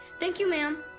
thank you, ma'am!